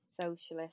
socialist